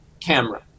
camera